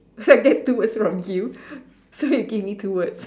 so I get two words from you so you give me two words